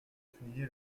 souligné